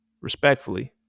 Respectfully